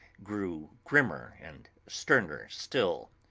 grew grimmer and sterner still.